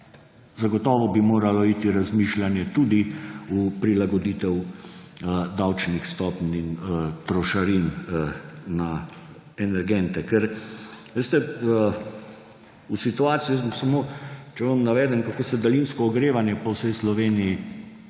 zagotovo bi moralo iti razmišljanje tudi v prilagoditev davčnih stopenj in trošarin na energente. Če vam navedem, kako se daljinsko ogrevanje po vsej Sloveniji